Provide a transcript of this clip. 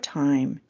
time